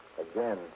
again